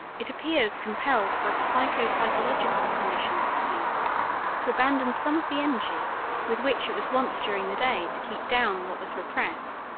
it appears compelled by the psycho-physiological conditions of sleep to abandon some of the energy with which it was wont during the day to keep down what was repressed.